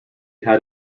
had